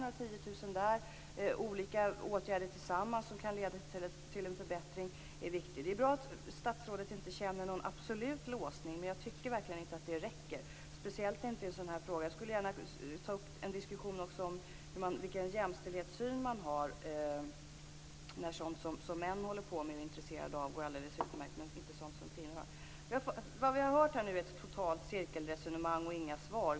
Det är viktigt att vidta olika åtgärder som tillsammans kan leda till en förbättring. Det är bra att statsrådet inte känner någon absolut låsning, men jag tycker verkligen inte att det räcker - speciellt inte i en sådan här fråga. Jag skulle också gärna vilja ta upp en diskussion om vilken jämställdhetssyn regeringen har när sådant som män håller på med och är intresserade av går alldeles utmärkt, medan det kvinnor håller på med inte går alls. Det vi har hört här är ett cirkelresonemang utan svar.